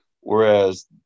Whereas